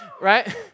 right